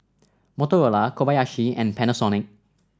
Motorola Kobayashi and Panasonic